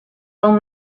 old